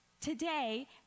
Today